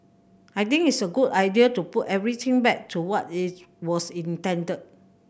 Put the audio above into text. I think it's a good idea to put everything back to what it's was intended